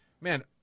man